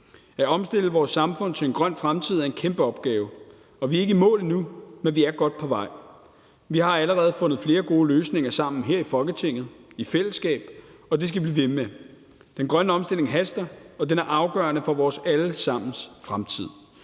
At omstille vores samfund til en grøn fremtid er en kæmpe opgave, og vi er ikke i mål endnu, men vi er godt på vej. Vi har allerede fundet flere gode løsninger sammen her i Folketinget i fællesskab, og det skal vi blive ved med. Den grønne omstilling haster, og den er afgørende for vores alle sammens fremtid.